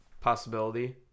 possibility